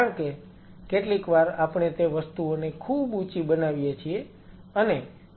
કારણ કે કેટલીકવાર આપણે તે વસ્તુઓને ખૂબ ઉંચી બનાવીએ છીએ